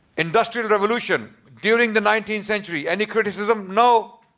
industrial revolution, during the nineteenth century. any criticism? no.